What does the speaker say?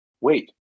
Wait